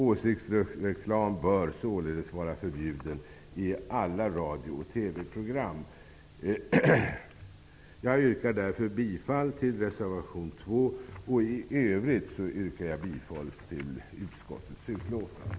Åsiktsreklam bör således vara förbjuden i alla radio och TV Jag yrkar därför bifall till reservation 2 till betänkandet, och i övrigt till utskottets utlåtande.